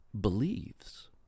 believes